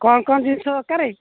କ'ଣ କ'ଣ ଜିନିଷ ଦରକାରେ